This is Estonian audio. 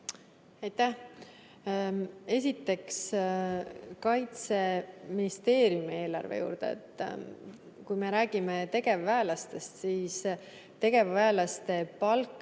palun! Esiteks, Kaitseministeeriumi eelarve juurde. Kui me räägime tegevväelastest, siis tegevväelaste palk